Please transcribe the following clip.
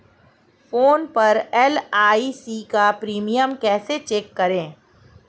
Phone पर LIC का premium कैसे चेक करें?